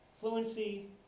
fluency